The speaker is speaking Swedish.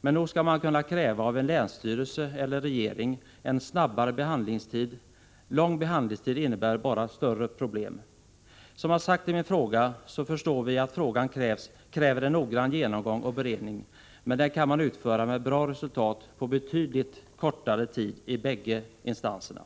men nog skall man kunna kräva en snabbare behandlingstid av en länsstyrelse eller en regering. Lång behandlingstid innebär bara större problem. Som jag sagt i min fråga förstår vi att ärendet kräver en noggrann genomgång och beredning, men den kan man utföra med bra resultat på betydligt kortare tid i bägge instanserna.